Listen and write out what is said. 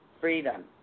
Freedom